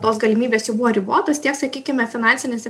tos galimybės jų buvo ribotos tiek sakykime finansinėse